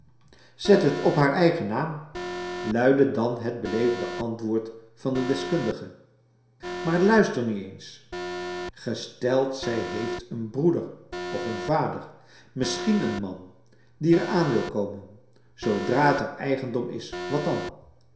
zet het op haar eigen naam luidde dan het beleefde antwoord van den deskundige maar luister nu eens gesteld zij heeft een broeder of een vader misschien een man die er aan wil komen zoodra het haar eigendom is wat dan